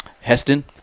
Heston